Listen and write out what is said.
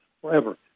forever